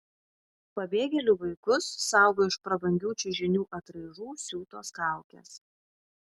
pabėgėlių vaikus saugo iš prabangių čiužinių atraižų siūtos kaukės